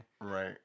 Right